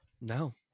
No